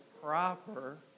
proper